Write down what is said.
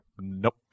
Nope